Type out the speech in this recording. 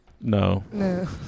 No